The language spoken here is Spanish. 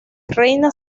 reina